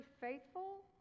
faithful